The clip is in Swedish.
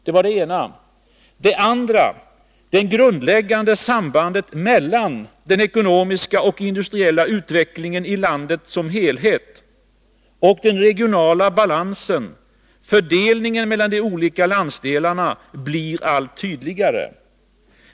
För det andra: Det grundläggande sambandet mellan den ekonomiska och industriella utvecklingen i landet som helhet och den regionala balansen, fördelningen mellan de olika landsdelarna, blir allt tydligare.